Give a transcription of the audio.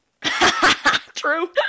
True